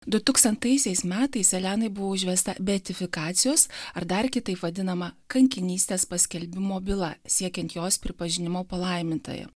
dutūkstantaisiais metais elenai buvo užvesta beatifikacijos ar dar kitaip vadinama kankinystės paskelbimo byla siekiant jos pripažinimo palaimintąją